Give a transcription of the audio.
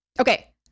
Okay